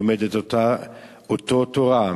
לומד את אותה תורה,